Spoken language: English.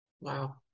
Wow